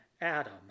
Adam